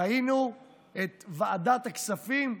ראינו את ועדת הכספים,